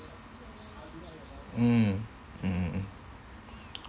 mm mm mm